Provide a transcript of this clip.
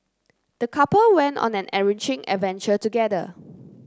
the couple went on an enriching adventure together